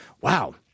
wow